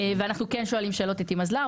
אנחנו כן שואלים שאלות את ׳Imazlar׳